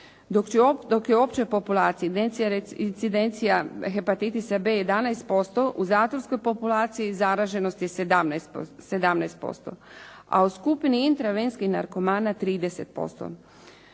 dok je u općoj populaciji incidencija hepatitisa B 11%, u zatvorskoj populaciji zaraženosti 17%, a u skupini intravenskih narkomana 30%.